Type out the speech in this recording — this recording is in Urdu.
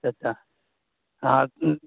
اچھا اچھا ہاں